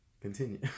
Continue